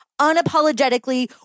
unapologetically